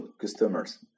customers